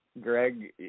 Greg